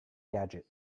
gadget